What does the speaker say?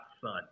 son